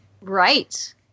Right